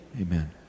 Amen